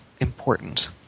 important